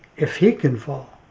if he can fall,